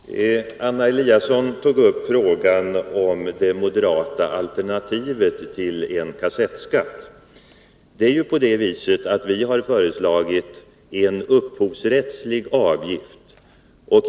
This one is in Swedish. Herr talman! Anna Eliasson tog upp frågan om det moderata alternativet till en kassettskatt. Vi har föreslagit en upphovsrättslig avgift.